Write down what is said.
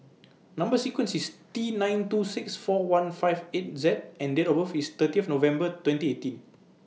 Number sequence IS T nine two six four one five eight Z and Date of birth IS thirtieth November twenty eighteen